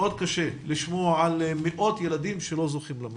מאוד קשה לשמוע על מאות ילדים שלא זוכים למענה.